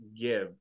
give